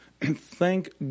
Thank